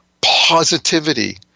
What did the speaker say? positivity